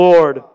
Lord